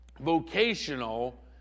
vocational